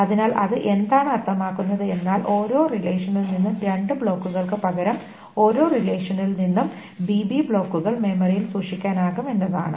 അതിനാൽ അത് എന്താണ് അർത്ഥമാക്കുന്നത് എന്നാൽ ഓരോ റിലേഷനിൽ നിന്നും രണ്ട് ബ്ലോക്കുകൾക്ക് പകരം ഓരോ റിലേഷനിൽ നിന്നും bb ബ്ലോക്കുകൾ മെമ്മറിയിൽ സൂക്ഷിക്കാനാകും എന്നതാണ്